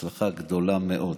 הצלחה גדולה מאוד.